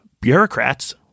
bureaucrats